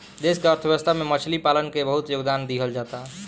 देश के अर्थव्यवस्था में मछली पालन के बहुत योगदान दीहल जाता